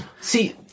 see